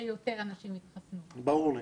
שיותר אנשים יתחסנו -- ברור לי.